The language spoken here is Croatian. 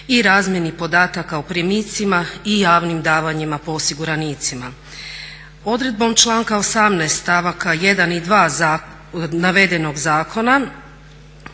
i razmjeni podataka o primicima i javnim davanjima po osiguranicima. Odredbom članak 18. stavaka 1. i 2. navedenog zakona